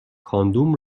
کاندوم